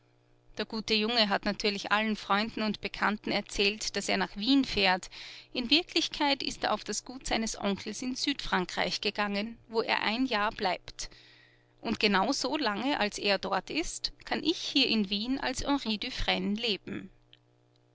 der gute junge hat natürlich allen freunden und bekannten erzählt daß er nach wien fährt in wirklichkeit ist er auf das gut seines onkels in südfrankreich gegangen wo er ein jahr bleibt und genau so lange als er dort ist kann ich hier in wien als henry dufresne leben